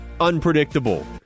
unpredictable